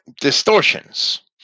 distortions